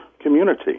community